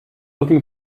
looking